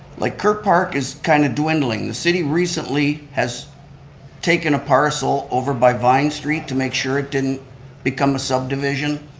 like ker park is kind of dwindling. the city recently has taken a parcel over by vine street to make sure it didn't become a subdivision.